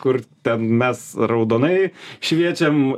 kur ten mes raudonai šviečiam